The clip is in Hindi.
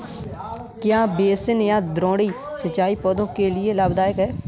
क्या बेसिन या द्रोणी सिंचाई पौधों के लिए लाभदायक है?